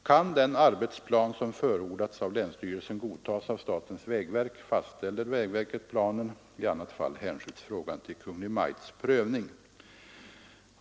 Kan den arbetsplan som förordats av länsstyrelsen godtas av statens vägverk fastställer vägverket planen. I annat fall hänskjuts frågan till Kungl. Maj:ts prövning.